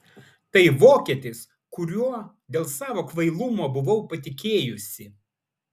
tai vokietis kuriuo dėl savo kvailumo buvau patikėjusi